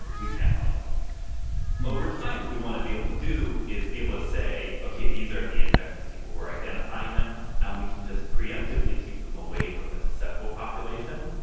we can't find out over time. what we want to be able to do is be able to say, okay, these are the infectious people were identifying them and we can just preemptively keep them away from the susceptible population.